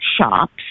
shops